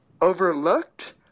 overlooked